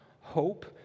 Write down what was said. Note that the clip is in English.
hope